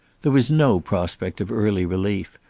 there was no prospect of early relief,